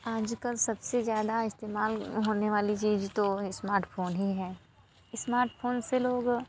आजकल सबसे ज्यादा इस्तेमाल होने वाली चीज तो स्मार्टफोन ही है स्मार्टफोन से लोग